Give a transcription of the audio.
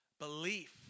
belief